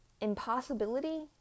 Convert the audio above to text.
impossibility